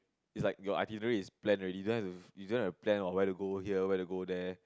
it's like your itinerary is planned already you don't have to you don't have to plan on where to go here or where to go there